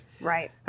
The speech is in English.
Right